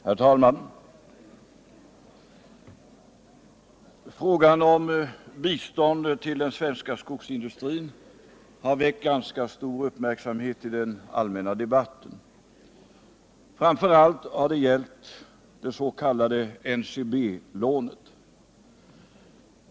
Herr talman! Frågan om bistånd till den svenska skogsindustrin har väckt ganska stor uppmärksamhet i den allmänna debatten. Framför allt har det gällt det s.k. NCB-lånet.